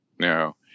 no